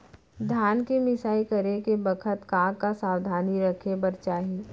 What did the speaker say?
धान के मिसाई करे के बखत का का सावधानी रखें बर चाही?